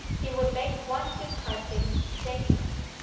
he would make one depressing statement.